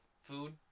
food